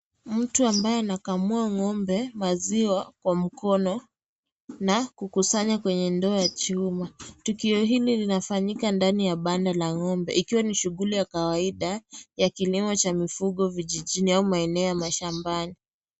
Mtu ambae anakamua ngombe maziwa kwa mkono na kukusanya kwenye ndoo ya chuma tukio hili linafanyika ndani ya banda la ngombe ikiwa ni shughuli ya kawaida ya kilimo cha mifugo vijijini au maeneo ya mashambani.